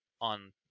on